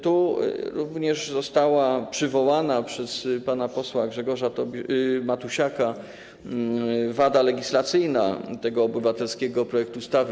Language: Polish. Tu również została przywołana przez pana posła Grzegorza Matusiaka wada legislacyjna tego obywatelskiego projektu ustawy.